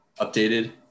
updated